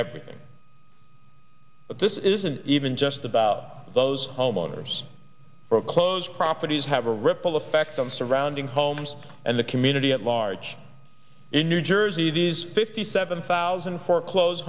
everything but this isn't even just about those homeowners or close properties have a ripple effect on surrounding homes and the community at large in new jersey these fifty seven thousand foreclose